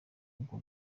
ubwo